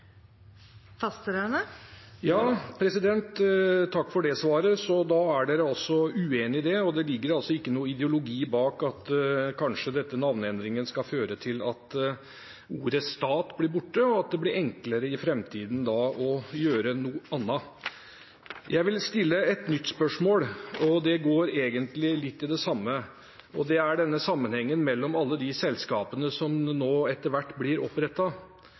Takk for det svaret. Så da er dere altså uenige i det, og det ligger ikke noen ideologi bak denne navneendringen, at den skal føre til at ordet «stat» blir borte, og at det blir enklere i framtiden å gjøre noe annet. Jeg vil stille et nytt spørsmål, og det går egentlig litt på det samme. Det gjelder denne sammenhengen mellom alle de selskapene som nå etter hvert blir